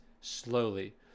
slowly